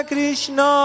Krishna